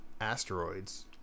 Asteroids